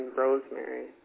rosemary